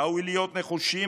ראוי להיות נחושים,